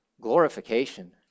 glorification